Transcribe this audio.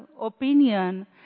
opinion